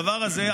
הדבר הזה,